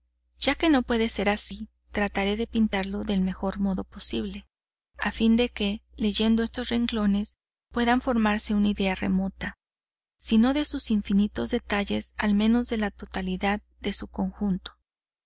ya que no puede ser así trataré de pintarlo del mejor modo posible a fin de que leyendo estos renglones puedan formarse una idea remota si no de sus infinitos detalles al menos de la totalidad de su conjunto